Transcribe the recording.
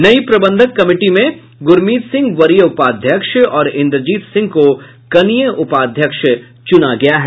नई प्रबंधक कमिटी में गुरमीत सिंह वरीय उपाध्याक्ष और इंद्रजीत सिंह को कनीय उपाध्यक्ष चुना गया है